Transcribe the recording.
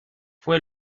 fue